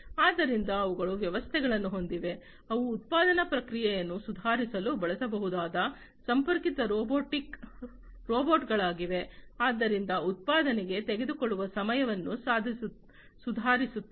ಆದ್ದರಿಂದ ಅವುಗಳು ವ್ಯವಸ್ಥೆಗಳನ್ನು ಹೊಂದಿವೆ ಅವು ಉತ್ಪಾದನಾ ಪ್ರಕ್ರಿಯೆಯನ್ನು ಸುಧಾರಿಸಲು ಬಳಸಬಹುದಾದ ಸಂಪರ್ಕಿತ ರೋಬೋಟ್ಗಳಾಗಿವೆ ಆದ್ದರಿಂದ ಉತ್ಪಾದನೆಗೆ ತೆಗೆದುಕೊಳ್ಳುವ ಸಮಯವನ್ನು ಸುಧಾರಿಸುತ್ತದೆ